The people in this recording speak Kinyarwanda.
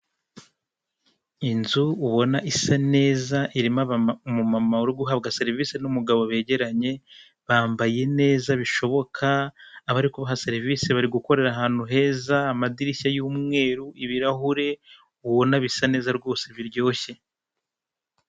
Inzu ubona isa neza irimo abama umumama uri guhabwa serivise n'umugabo begeranye, bambaye neza bishoboka, abari kubaha serivise bari gukorera ahantu heza, amadirishya y'umweru, ibirahure ubona bisa neza rwose biryoshye.